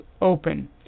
open